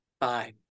Bye